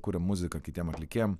kuria muziką kitiem atlikėjam